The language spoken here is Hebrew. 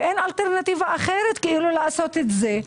ואין אלטרנטיבה אחרת לעשות את זה.